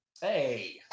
Hey